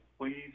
please